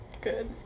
good